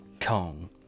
Kong